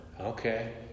okay